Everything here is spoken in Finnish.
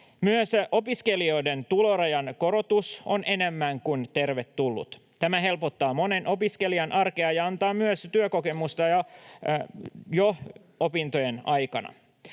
Myös opiskelijoiden tulorajan korotus on enemmän kuin tervetullut. Tämä helpottaa monen opiskelijan arkea ja antaa myös työkokemusta jo opintojen aikana.